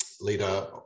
leader